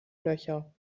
nöcher